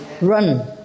Run